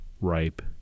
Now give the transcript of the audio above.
ripe